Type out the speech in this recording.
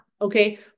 Okay